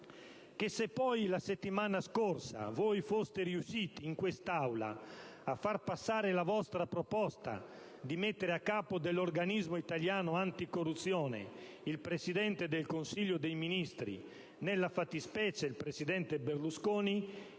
Che se poi foste riusciti in quest'Aula la settimana scorsa a far passare la vostra proposta di mettere a capo dell'organismo italiano anti-corruzione il Presidente del Consiglio dei ministri, nella fattispecie il presidente Berlusconi,